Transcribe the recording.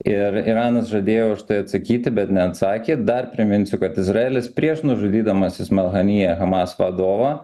ir iranas žadėjo už tai atsakyti bet neatsakė dar priminsiu kad izraelis prieš nužudydamas ismail haniyeh hamas vadovą